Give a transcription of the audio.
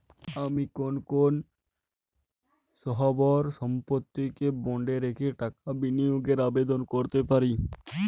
আমি কোন কোন স্থাবর সম্পত্তিকে বন্ডে রেখে টাকা বিনিয়োগের আবেদন করতে পারি?